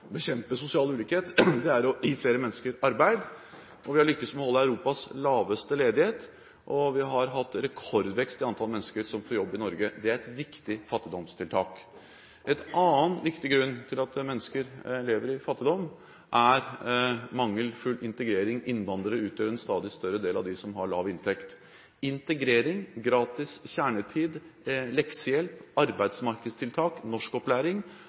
bekjempe sosial ulikhet å gi flere mennesker arbeid. Vi har lyktes med å holde Europas laveste ledighet, og vi har hatt rekordvekst i antall mennesker som får jobb i Norge. Det er et viktig fattigdomstiltak. En annen viktig grunn til at mennesker lever i fattigdom, er mangelfull integrering. Innvandrere utgjør en stadig større del av dem som har lav inntekt. Integrering, gratis kjernetid, leksehjelp, arbeidsmarkedstiltak, norskopplæring